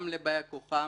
גם לבאי-כוחם,